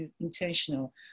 intentional